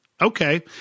Okay